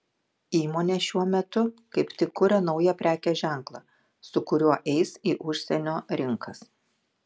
įmonė šiuo metu kaip tik kuria naują prekės ženklą su kuriuo eis į užsienio rinkas